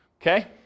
Okay